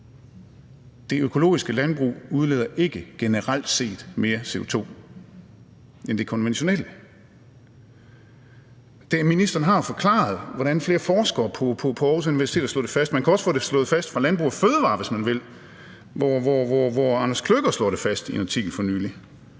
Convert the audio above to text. Det økologiske landbrug udleder ikke generelt set mere CO2 end det konventionelle. Ministeren har forklaret, hvordan flere forskere på Aarhus Universitet har slået det fast, og man kan også få det bekræftet fra Landbrug & Fødevarer, hvor Anders Klöcker for nylig har slået det fast i en artikel.